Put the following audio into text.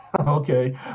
okay